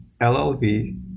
LLV